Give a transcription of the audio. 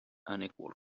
unequal